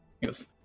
Yes